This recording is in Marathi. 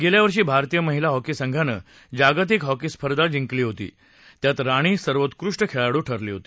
गेल्या वर्षी भारतीय महिला हॉकी संघानं जागतिक हॉकी स्पर्धा जिंकली होती त्यात राणी सर्वोत्कृष्ठ खेळाडू ठरली होता